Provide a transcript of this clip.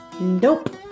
Nope